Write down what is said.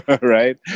Right